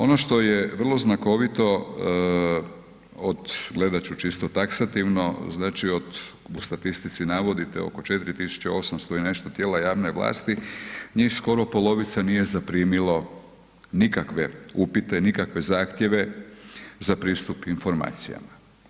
Ono što je vrlo znakovito od, gledati ću čisto taksativno, znači od, u statistici navodite oko 4800 i nešto tijela javne vlasti njih skoro polovica nije zaprimilo nikakve upite, nikakve zahtjeve za pristup informacijama.